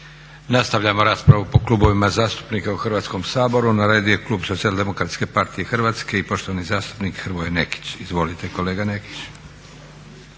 Nastavljamo raspravu po klubovima zastupnika u Hrvatskom saboru. Na redu je klub SDP-a Hrvatske i poštovani zastupnik Hrvoje Nekić. Izvolite kolega Nekić.